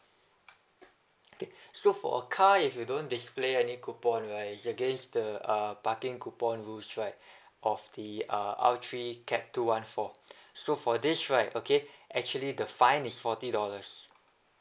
okay so for a car if you don't display any coupon right it's against the uh parking coupon rules right of the uh R three cap two one four so for this right okay actually the fine is forty dollars